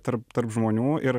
tarp tarp žmonių ir